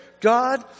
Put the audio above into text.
God